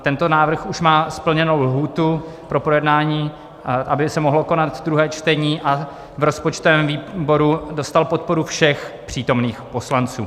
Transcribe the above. Tento návrh už má splněnou lhůtu pro projednání, aby se mohlo konat druhé čtení, a v rozpočtovém výboru dostal podporu všech přítomných poslanců.